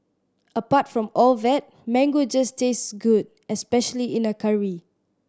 apart from all that mango just tastes good especially in a curry